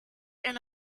and